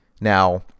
Now